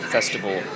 Festival